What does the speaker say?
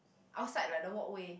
outside like the walkway